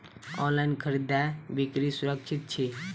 online खरीदै बिक्री सुरक्षित छी